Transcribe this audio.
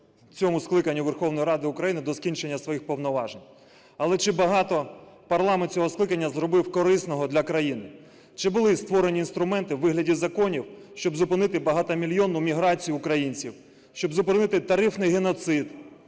Верховної Ради України